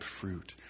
fruit